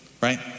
right